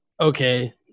okay